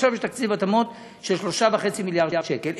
עכשיו יש תקציב התאמות של 3.5 מיליארד שקל.